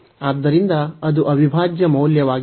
ಆದ್ದರಿಂದ ಅದು ಅವಿಭಾಜ್ಯ ಮೌಲ್ಯವಾಗಿದೆ